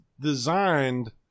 designed